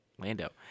Lando